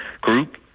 group